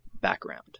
background